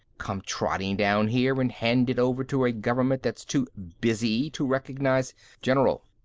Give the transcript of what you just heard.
come trotting down here and hand it over to a government that's too busy to recognize general!